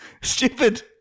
stupid